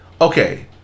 okay